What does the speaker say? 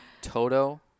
Toto